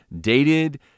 dated